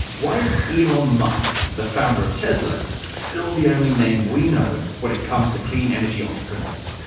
why is elon musk, the founder of tesla, still the only name we know when it comes to clean energy entrepreneurs?